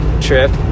trip